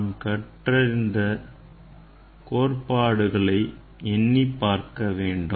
நான கற்றறிந்த கோட்பாடுகளை எண்ணிப் பார்க்க வேண்டும்